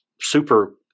super